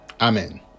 Amen